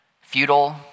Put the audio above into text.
feudal